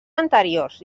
anteriors